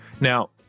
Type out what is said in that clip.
Now